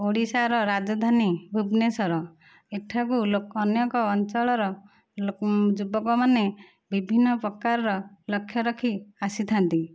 ଓଡ଼ିଶାର ରାଜଧାନୀ ଭୁବନେଶ୍ଵର ଏଠାକୁ ଅନେକ ଅଞ୍ଚଳର ଯୁବକ ମାନେ ବିଭିନ୍ନ ପ୍ରକାର ଲକ୍ଷ୍ୟ ରଖି ଆସିଥାନ୍ତି